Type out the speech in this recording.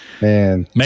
Man